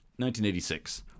1986